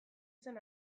zen